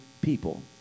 people